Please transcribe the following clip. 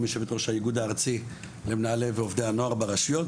יושבת-ראש האיגוד הארצי למנהלי ועובדי הנוער ברשויות,